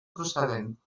procedent